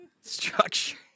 Structure